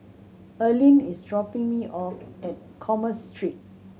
Erlene is dropping me off at Commerce Street